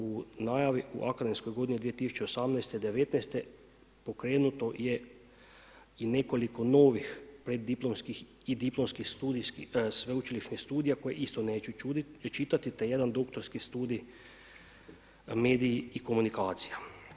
U najavi, u akademskoj godini 2018./'19. pokrenuto je i nekoliko novih preddiplomskih i diplomskih sveučilišnih studija koje isto neću čitati te jedan doktorski studij, medij i komunikacija.